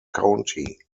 county